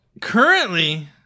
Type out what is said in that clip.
currently